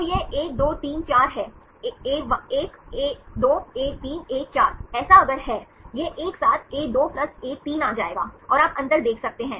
तो यह 1 2 3 4 है a1 a2 a3 a4 ऐसा अगर है यह एक साथ a2 a3 आ जाएगा और आप अंतर देख सकते हैं